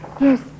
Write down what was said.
Yes